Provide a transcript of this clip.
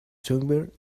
songbird